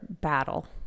battle